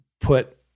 put